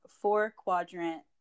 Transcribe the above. four-quadrant